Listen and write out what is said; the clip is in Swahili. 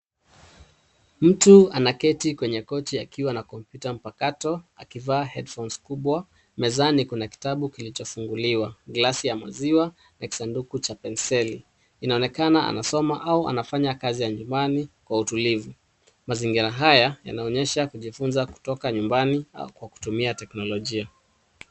Mtu anaketi kwenye kochi akiwa na kompyuta mpakato, akivaa headphones kubwa. Mezani kuna kitabu kilichofunguliwa, glasi ya maziwa na kisanduku cha penseli . Inaonekana anasoma au anafanya kazi ya nyumbani kwa utulivu. Mazingira haya yanaonyesha kujifunza kutoka nyumbani kwa kutumia teknolojia.